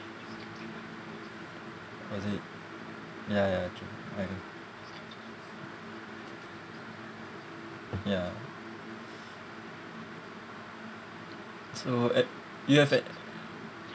what is it ya ya true I know ya so at you have a~